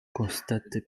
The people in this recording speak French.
constate